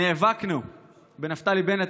נאבקנו בנפתלי בנט,